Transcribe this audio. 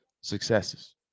successes